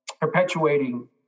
perpetuating